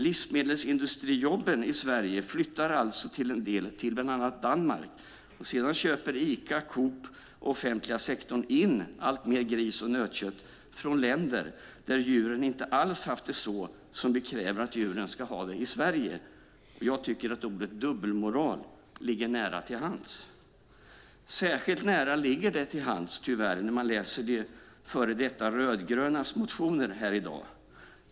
Livsmedelsindustrijobben i Sverige flyttar alltså till bland annat Danmark, och sedan köper Ica, Coop och offentliga sektorn in alltmer gris och nötkött från länder där djuren inte alls haft det så som vi kräver att djuren ska ha det i Sverige. Jag tycker att ordet dubbelmoral ligger nära till hands. Särskilt nära ligger det tyvärr till hands när man läser de före detta rödgrönas motioner här i dag.